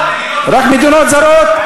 אה, מדינות זרות, רק מדינות זרות.